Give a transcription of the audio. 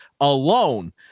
alone